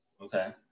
Okay